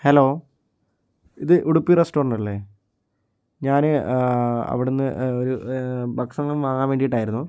hello ഇത് Udupi restaurant അല്ലേ ഞാൻ അവിടെ നിന്ന് ഒരു ഭക്ഷണം വാങ്ങാന് വേണ്ടിയിട്ട് ആയിരുന്നു